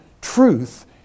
truth